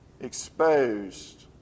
exposed